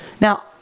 Now